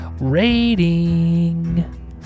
rating